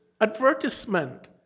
advertisement